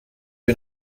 wir